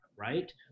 right